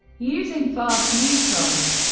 using fast neutrons,